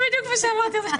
זה בדיוק מה שאמרתי לך.